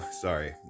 Sorry